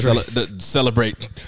celebrate